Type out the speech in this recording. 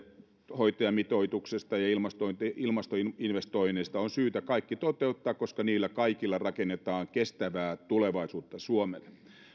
hoitajamitoituksesta ja ilmastoinvestoinneista on syytä kaikki toteuttaa koska niillä kaikilla rakennetaan kestävää tulevaisuutta suomelle